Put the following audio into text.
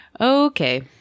Okay